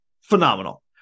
phenomenal